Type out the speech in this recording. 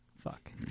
Fuck